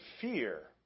fear